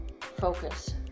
focus